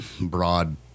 broad